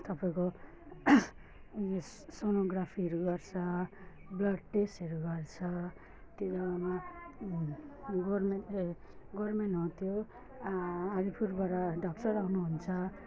तपाईँको उयस सोनोग्राफीहरू गर्छ ब्लड टेस्टहरू गर्छ त्योमा गभर्मेन्ट ए गभर्मेन्ट हो त्यो अलिपुरबाट डक्टर आउनुहुन्छ